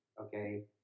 okay